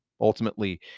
Ultimately